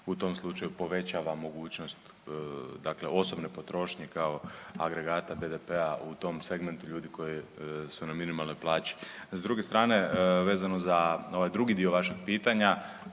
u tom slučaju povećava mogućnost dakle osobne potrošnje kao agregata BDP-a u tom segmentu ljudi koji su na minimalnoj plaći. S druge strane vezano za ovaj drugi dio vašeg pitanja